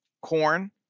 corn